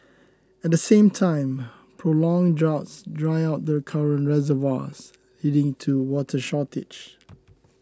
at the same time prolonged droughts dry out the current reservoirs leading to water shortage